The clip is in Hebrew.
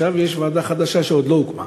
עכשיו יש ועדה חדשה שעוד לא הוקמה.